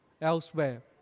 elsewhere